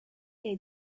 est